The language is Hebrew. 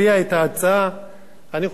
אני חושב שכולנו צריכים לתמוך,